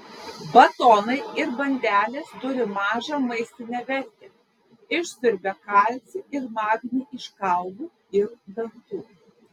batonai ir bandelės turi mažą maistinę vertę išsiurbia kalcį ir magnį iš kaulų ir dantų